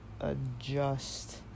adjust